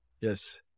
Yes